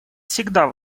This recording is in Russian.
всегда